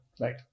Right